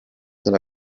della